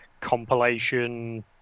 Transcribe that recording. compilation